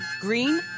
Green